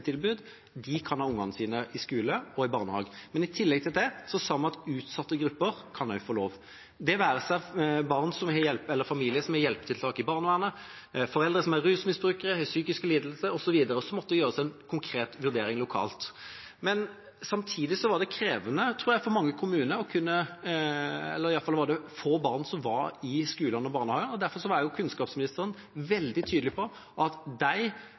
kan ha barna sine i skole og i barnehage. Men i tillegg til det sa vi at utsatte grupper også kan få lov, det være seg familier som har hjelpetiltak i barnevernet, eller foreldre som er rusmisbrukere, har psykiske lidelser osv., og så måtte det gjøres en konkret vurdering lokalt. Men samtidig var det krevende, tror jeg, for mange kommuner, for det var få barn som var i skolen og barnehagene. Derfor var også kunnskapsministeren veldig tydelig på at de